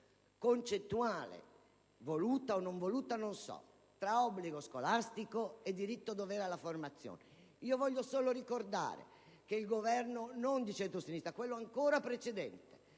concettuale (non so se sia voluta o meno) tra obbligo scolastico e diritto-dovere alla formazione. Io voglio solo ricordare che non il Governo di centrosinistra, ma quello ancora precedente,